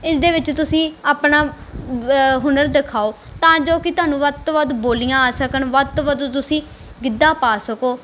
ਇਸ ਦੇ ਵਿੱਚ ਇਸ ਦੇ ਵਿੱਚ ਤੁਸੀਂ ਆਪਣਾ ਵ ਹੁਨਰ ਦਿਖਾਓ ਤਾਂ ਜੋ ਕਿ ਤੁਹਾਨੂੰ ਵੱਧ ਤੋਂ ਵੱਧ ਬੋਲੀਆਂ ਆ ਸਕਣ ਵੱਧ ਤੋਂ ਵੱਧ ਤੁਸੀਂ ਗਿੱਧਾ ਪਾ ਸਕੋ